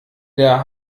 der